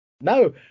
No